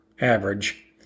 average